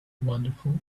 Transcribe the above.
wonderful